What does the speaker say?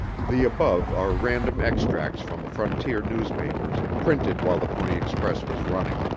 the above are random extracts from frontier newspapers, printed while the pony express was running.